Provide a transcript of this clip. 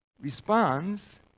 responds